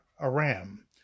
Aram